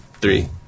three